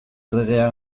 erregea